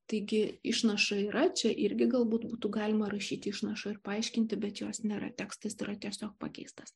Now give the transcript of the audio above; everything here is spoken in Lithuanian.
taigi išnaša yra čia irgi galbūt būtų galima rašyti išnašą ir paaiškinti bet jos nėra tekstas yra tiesiog pakeistas